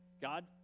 God